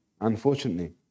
unfortunately